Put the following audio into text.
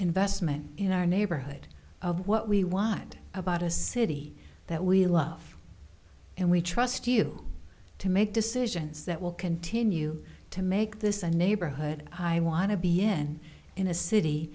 investment in our neighborhood of what we want about a city that we love and we trust you to make decisions that will continue to make this a neighborhood i want to be in in a city